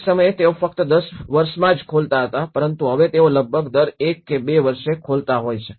એક સમયે તેઓ ફક્ત 10 વર્ષમાં જ ખોલતા હતા પરંતુ હવે તેઓ લગભગ દર 1 કે 2 વર્ષે ખોલતા હોય છે